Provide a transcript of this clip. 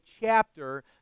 chapter